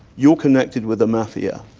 you're connected with the mafia,